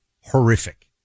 horrific